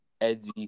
edgy